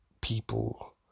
people